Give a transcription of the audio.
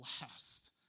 last